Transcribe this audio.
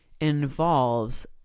involves